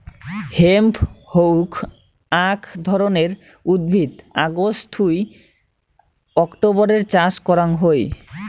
hemp হউক আক ধরণের উদ্ভিদ অগাস্ট থুই অক্টোবরের চাষ করাং হই